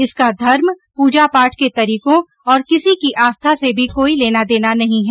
इसका धर्म पूजा पाठ के तरीकों और किसी की आस्था से भी कोई लेना देना नहीं है